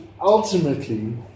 ultimately